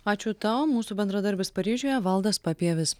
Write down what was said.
ačiū tau mūsų bendradarbis paryžiuje valdas papievis